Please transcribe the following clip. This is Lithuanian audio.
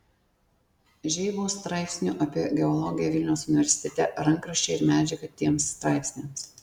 žeibos straipsnių apie geologiją vilniaus universitete rankraščiai ir medžiaga tiems straipsniams